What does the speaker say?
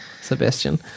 Sebastian